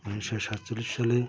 উনিশশো সাতচল্লিশ সালে